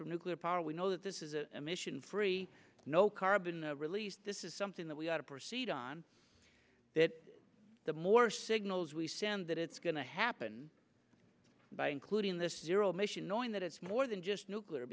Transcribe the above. from nuclear power we know that this is an emission free no carbon released this is something that we ought to proceed on that the more signals we send that it's going to happen by including this year old mission knowing that it's more than just nuclear